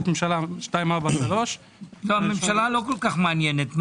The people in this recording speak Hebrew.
ממשלה 243. הממשלה לא כל כך מעניינת.